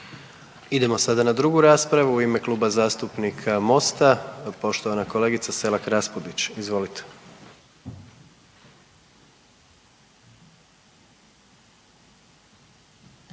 idemo na sljedeću raspravu, Klub zastupnika MOST-a i poštovana kolegica Selak-Raspudić. Izvolite.